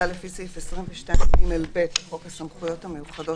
לפי סעיף 22ג(ב) לחוק הסמכויות המיוחדות